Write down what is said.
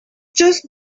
just